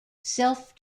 self